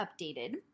updated